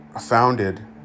founded